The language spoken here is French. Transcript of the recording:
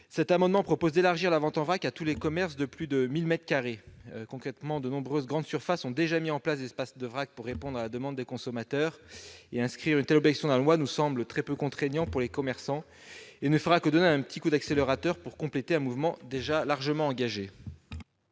Cet amendement tend à élargir cette possibilité à tous les commerces de plus de 1 000 mètres carrés. Concrètement, de nombreuses grandes surfaces ont déjà mis en place des espaces de vrac pour répondre à la demande des consommateurs. Dès lors, inscrire une telle obligation dans la loi nous semble très peu contraignant pour les commerçants. Cela ne fera que donner un petit coup d'accélérateur à un mouvement déjà largement engagé.